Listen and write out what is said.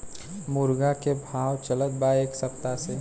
मुर्गा के भाव का चलत बा एक सप्ताह से?